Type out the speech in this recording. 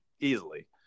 easily